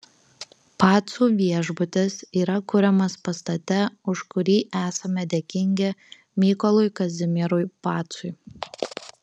pacų viešbutis yra kuriamas pastate už kurį esame dėkingi mykolui kazimierui pacui